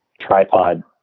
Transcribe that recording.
tripod